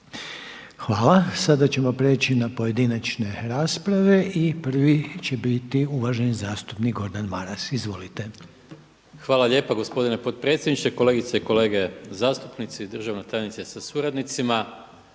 Hvala. Sada ćemo prijeći na pojedinačne rasprave. I prvi će biti uvaženi zastupnik Gordan Maras. Izvolite. **Maras, Gordan (SDP)** Hvala lijepa gospodine potpredsjedniče. Kolegice i kolege zastupnici, državna tajnice sa suradnicima.